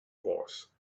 was